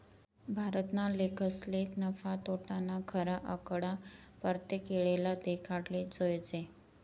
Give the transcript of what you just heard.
भारतना लेखकसले नफा, तोटाना खरा आकडा परतेक येळले देखाडाले जोयजे